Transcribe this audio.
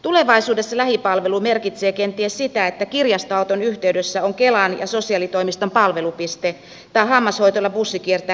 tulevaisuudessa lähipalvelu merkitsee kenties sitä että kirjastoauton yhteydessä on kelan ja sosiaalitoimiston palvelupiste tai hammashoitolabussi kiertää eri kouluilla